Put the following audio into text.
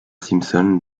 simpson